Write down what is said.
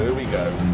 we go.